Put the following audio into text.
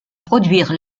produire